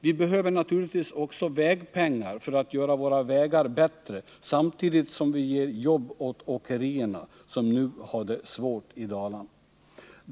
Vi behöver naturligtvis också vägpengar för att göra våra vägar bättre, samtidigt som vi ger jobb åt åkerierna, som har det svårt i Dalarna.